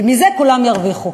ומזה כולם ירוויחו.